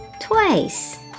twice